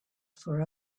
for